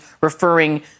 referring